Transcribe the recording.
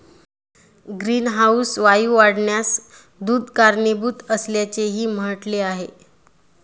greenhouse वायू वाढण्यास दूध कारणीभूत असल्याचेही म्हटले आहे